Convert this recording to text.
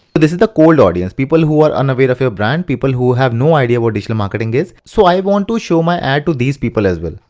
but this are the core audience. people who are unaware of your brand, people who have no idea what digital marketing is. so i want to show my ad to these people as well.